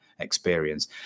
experience